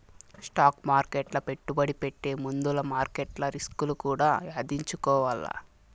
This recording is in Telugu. స్టాక్ మార్కెట్ల పెట్టుబడి పెట్టే ముందుల మార్కెట్ల రిస్కులు కూడా యాదించుకోవాల్ల